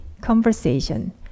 conversation